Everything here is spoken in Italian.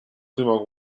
prima